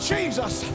Jesus